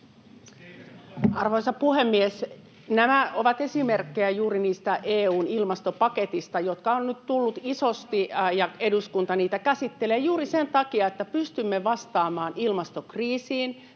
Arvoisa puhemies! Nämä ovat esimerkkejä juuri niistä EU:n ilmastopaketin asioista, jotka ovat nyt tulleet isosti, ja eduskunta niitä käsittelee juuri sen takia, että pystymme vastaamaan ilmastokriisiin,